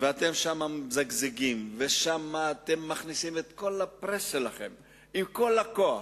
ושם אתם מזגזגים ומכניסים את כל ה-press שלכם עם כל הכוח,